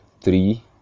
three